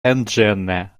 engine